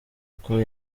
uko